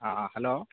ആ ആ ഹലോ